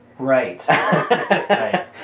Right